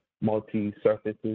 multi-surfaces